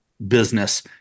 business